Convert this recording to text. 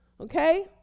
Okay